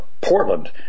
Portland